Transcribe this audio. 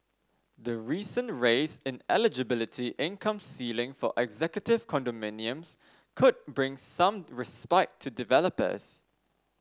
the recent raise in eligibility income ceiling for executive condominiums could bring some respite to developers